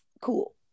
Cool